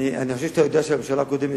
אני חושב שאתה יודע שהממשלה הקודמת,